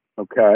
okay